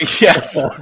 Yes